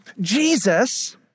Jesus